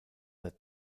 their